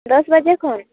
ᱫᱚᱥ ᱵᱟᱡᱮ ᱠᱷᱚᱱ